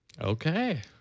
Okay